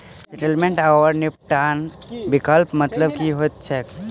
Settlement आओर निपटान विकल्पक मतलब की होइत छैक?